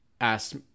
asked